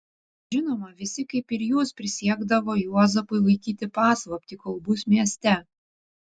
žinoma visi kaip ir jūs prisiekdavo juozapui laikyti paslaptį kol bus mieste